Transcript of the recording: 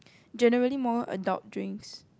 generally more adult drinks